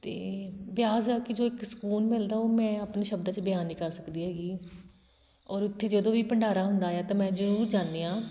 ਅਤੇ ਬਿਆਸ ਜਾ ਕੇ ਜੋ ਇੱਕ ਸਕੂਨ ਮਿਲਦਾ ਉਹ ਮੈਂ ਆਪਣੇ ਸ਼ਬਦਾਂ 'ਚ ਬਿਆਨ ਨਹੀਂ ਕਰ ਸਕਦੀ ਹੈਗੀ ਔਰ ਉੱਥੇ ਜਦੋਂ ਵੀ ਭੰਡਾਰਾ ਹੁੰਦਾ ਆ ਤਾਂ ਮੈਂ ਜ਼ਰੂਰ ਜਾਂਦੀ ਹਾਂ